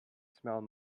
smelled